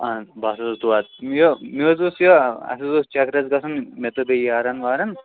اَہَن حظ بَس حظ دُعا یہِ مےٚ حظ ٲسۍ یہِ اَسہِ حظ اوس چَکرَس گَژھُن مےٚ تہٕ بیٚیہِ یارَن وارَن